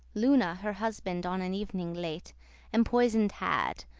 luna her husband on an ev'ning late empoison'd had,